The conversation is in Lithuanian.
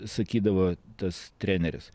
sakydavo tas treneris